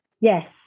yes